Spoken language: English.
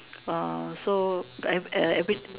so every every